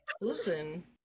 listen